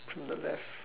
from the left